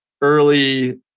early